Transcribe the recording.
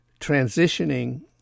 transitioning